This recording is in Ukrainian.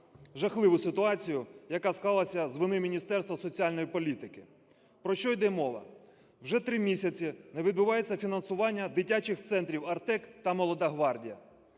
жахливу ситуацію, яка склалася з вини Міністерства соціальної політики. Про що йде мова? Вже три місяці не відбувається фінансування дитячих центрів "Артек" та "Молода гвардія".